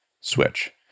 switch